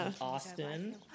Austin